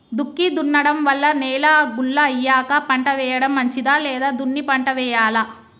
దుక్కి దున్నడం వల్ల నేల గుల్ల అయ్యాక పంట వేయడం మంచిదా లేదా దున్ని పంట వెయ్యాలా?